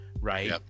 right